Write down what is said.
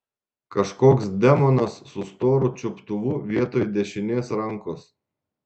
kažkoks demonas su storu čiuptuvu vietoj dešinės rankos